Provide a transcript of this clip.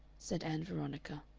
said ann veronica.